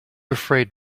afraid